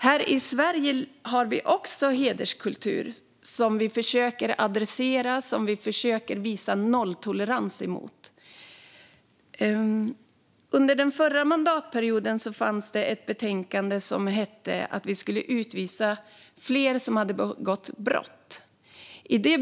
Här i Sverige har vi också hederskultur, som vi försöker adressera och visa nolltolerans emot. Under den förra mandatperioden behandlade vi ett betänkande som föreslog att vi skulle utvisa fler som hade begått brott.